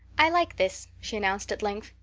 i like this, she announced at length.